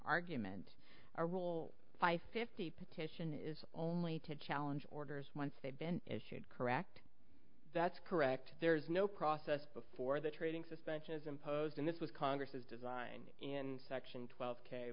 argument our role five fifty petition is only to challenge orders once they've been issued correct that's correct there's no process before the trading suspension is imposed and this was congress's design in section twelve k